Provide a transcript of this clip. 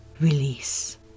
release